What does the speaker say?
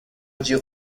جیغ